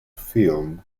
film